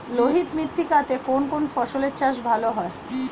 লোহিত মৃত্তিকা তে কোন কোন ফসলের চাষ ভালো হয়?